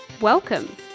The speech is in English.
Welcome